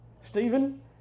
Stephen